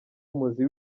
umuzi